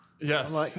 Yes